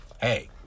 hey